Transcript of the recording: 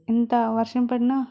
ఎంత వర్షం పడినా